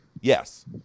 Yes